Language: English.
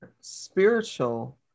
spiritual